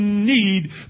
need